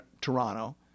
Toronto